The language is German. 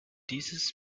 dieses